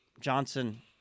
Johnson